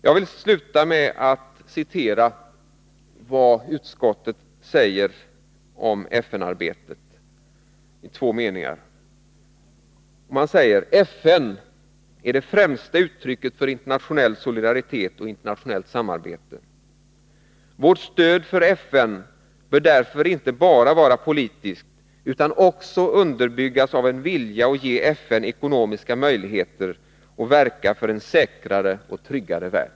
Jag vill avslutningsvis citera två meningar ur utskottets skrivning om FN-arbetet: ”FN är det främsta uttrycket för internationell solidaritet och internationellt samarbete. Vårt stöd för FN bör därför inte bara vara politiskt utan också underbyggas av en vilja att ge FN ekonomiska möjligheter att verka för en säkrare och tryggare värld.”